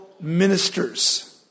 Ministers